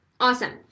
awesome